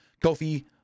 Kofi